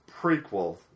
prequel